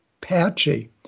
patchy